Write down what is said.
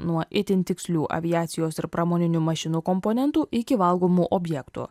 nuo itin tikslių aviacijos ir pramoninių mašinų komponentų iki valgomų objektų